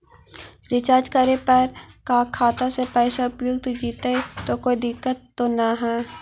Recharge करे पर का खाता से पैसा उपयुक्त जितै तो कोई दिक्कत तो ना है?